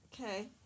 Okay